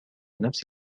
نفس